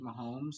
Mahomes